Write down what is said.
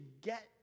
get